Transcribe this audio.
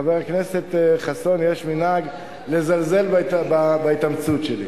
לחבר הכנסת חסון יש מנהג לזלזל בהתאמצות שלי.